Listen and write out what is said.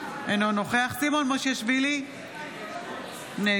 אינו נוכח סימון מושיאשוילי, נגד